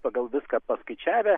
pagal viską paskaičiavę